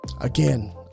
Again